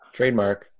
Trademark